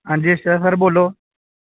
हां जी सर बोलो